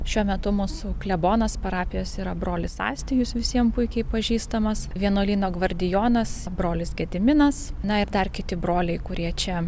šiuo metu mūsų klebonas parapijos yra brolis astijus visiem puikiai pažįstamas vienuolyno gvardijonas brolis gediminas na ir dar kiti broliai kurie čia